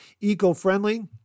eco-friendly